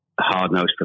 hard-nosed